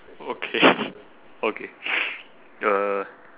okay okay uh